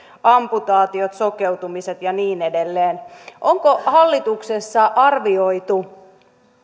amputaatiot sokeutumiset ja niin edelleen onko hallituksessa arvioitu